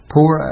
...pour